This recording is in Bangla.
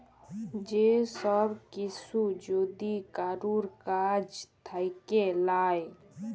যে সব কিসু যদি কারুর কাজ থাক্যে লায়